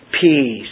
peace